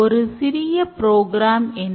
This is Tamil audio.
எனவே ஒரு கணிணியில் இரு புரோகிராமர்கள்